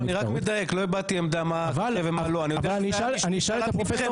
אבל לא, אני יודע, אני אשאל את הפרופסור.